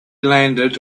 landed